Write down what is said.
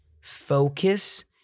focus